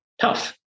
tough